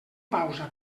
pausa